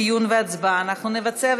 דיון והצבעה אנחנו נבצע.